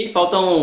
Faltam